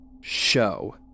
show